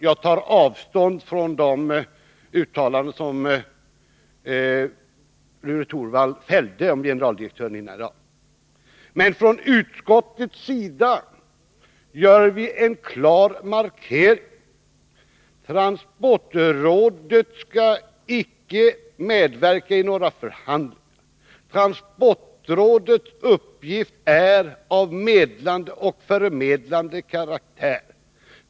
Jag tar avstånd från de uttalanden som Rune Torwald gjorde om generaldirektören. Men utskottet gör en klar markering. Transportrådet skall icke medverka i några förhandlingar. Transportrådets uppgift är av medlande och förmedlande karaktär.